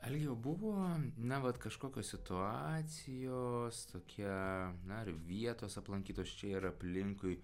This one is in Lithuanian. algi o buvo na vat kažkokios situacijos tokie na ar vietos aplankytos čia ir aplinkui